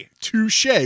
touche